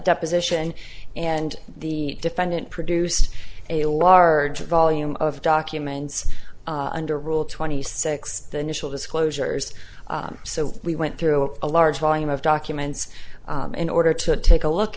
deposition and the defendant produced a large volume of documents under rule twenty six the national disclosures so we went through a large volume of documents in order to take a look